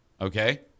Okay